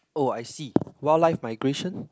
oh I see wildlife migration